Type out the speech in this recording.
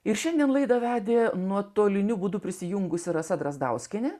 ir šiandien laidą vedė nuotoliniu būdu prisijungusi rasa drazdauskienė